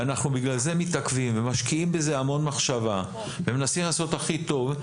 ואנחנו בגלל זה מתעכבים ומשקיעים בזה המון מחשבה ומנסים לעשות הכי טוב,